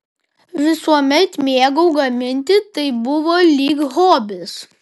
visuomet mėgau gaminti tai buvo lyg hobis